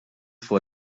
vor